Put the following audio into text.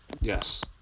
Yes